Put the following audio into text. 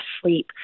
sleep